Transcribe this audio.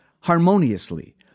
harmoniously